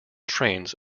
trains